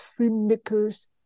filmmakers